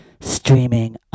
streaming